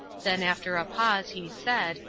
then, after a pause, he said,